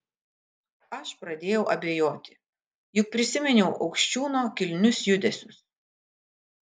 aš pradėjau abejoti juk prisiminiau aukščiūno kilnius judesius